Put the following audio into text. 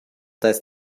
das